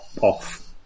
off